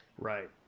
right